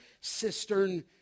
cistern